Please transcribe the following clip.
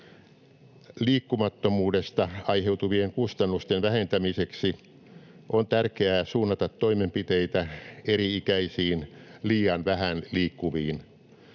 Liikkumattomuudesta aiheutuvien kustannusten vähentämiseksi on tärkeää suunnata toimenpiteitä eri-ikäisiin liian vähän liikkuviin.